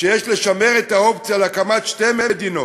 שיש לשמר את האופציה של הקמת שתי מדינות,